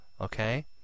Okay